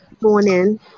morning